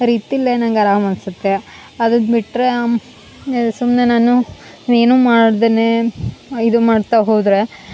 ರೀತಿಲೆ ನಂಗ ಆರಾಮ ಅನ್ಸತ್ತೆ ಅದುನ್ನ ಬಿಟ್ಟರೆ ಸುಮ್ಮನೆ ನಾನು ಏನು ಮಾಡ್ದೆನೆ ಇದು ಮಾಡ್ತಾ ಹೋದರೆ